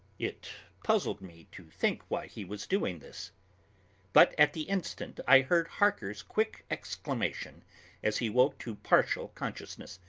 it puzzled me to think why he was doing this but at the instant i heard harker's quick exclamation as he woke to partial consciousness,